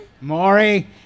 Maury